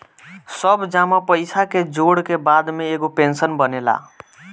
सब जमा पईसा के जोड़ के बाद में एगो पेंशन बनेला